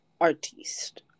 artiste